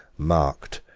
marked,